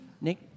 Nick